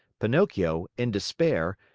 pinocchio, in despair,